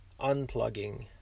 unplugging